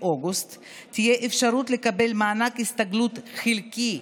אוגוסט תהיה אפשרות לקבל מענק הסתגלות חלקי.